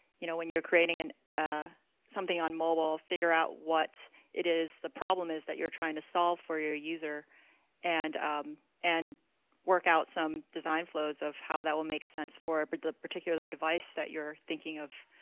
you know, when you're creating and ah something on mobile, figure out what it is the problem is that you're trying to solve for your user and and work out some design flows of how that will make sense for but the particular device that you're thinking of